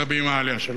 היא אמרה לי שכל אימת